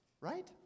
right